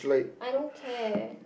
I don't care